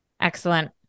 Excellent